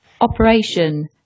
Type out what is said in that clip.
Operation